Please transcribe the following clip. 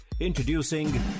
Introducing